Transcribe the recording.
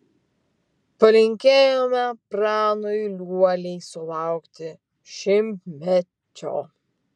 palinkėjome pranui liuoliai sulaukti šimtmečio